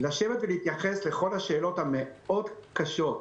לשבת ולהתייחס לכל השאלות הקשות מאוד,